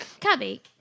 Cubby